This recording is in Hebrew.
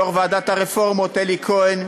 יושב-ראש ועדת הרפורמות אלי כהן,